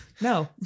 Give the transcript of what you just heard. no